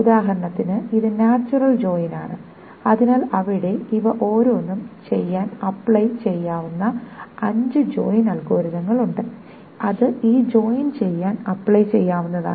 ഉദാഹരണത്തിന് ഇത് natural join ആണ് അതിനാൽ അവിടെ ഇവ ഓരോന്നും ചെയ്യാൻ അപ്ലൈ ചെയ്യാവുന്ന അഞ്ച് ജോയിൻ അൽഗോരിതങ്ങൾ ഉണ്ട് അത് ഈ ജോയിൻ ചെയ്യാൻ അപ്ലൈ ചെയ്യാവുന്നതാണ്